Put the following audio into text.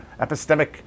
epistemic